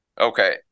Okay